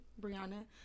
Brianna